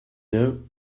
know